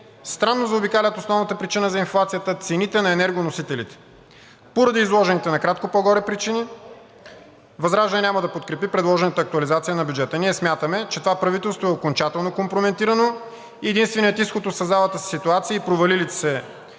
странно заобикалят основната причина за инфлацията – цените на енергоносителите. Поради изложените накратко по-горе причини ВЪЗРАЖДАНЕ няма да подкрепи предложената актуализация на бюджета. Ние смятаме, че това правителство е окончателно компрометирано. Единственият изход от създалата се ситуация и провалите от